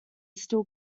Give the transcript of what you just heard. steel